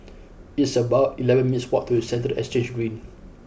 it's about eleven minutes' walk to Central Exchange Green